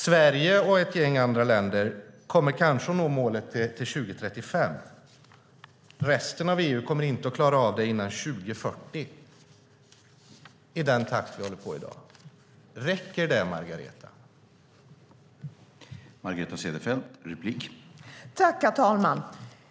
Sverige och ett gäng andra länder kommer kanske att nå målet till 2035. Resten av EU kommer inte att klara av det innan 2040 i den takt vi håller på i dag. Räcker det, Margareta Cederfelt?